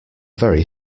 very